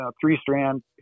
three-strand